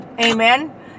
amen